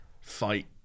fight